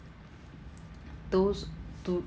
those to